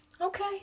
Okay